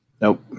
Nope